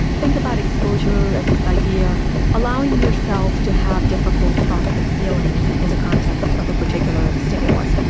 think about exposure as this idea of allowing yourself to have difficult thoughts and feelings in the context of a particular stimulus,